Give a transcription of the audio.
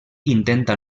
intenta